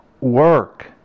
work